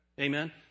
Amen